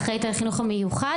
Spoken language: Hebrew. האחראית על החינוך המיוחד,